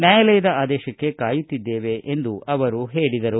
ನ್ಶಾಯಾಲಯದ ಆದೇಶಕ್ಕೆ ಕಾಯುತ್ತಿದ್ದೇವೆ ಎಂದು ಅವರು ಹೇಳಿದರು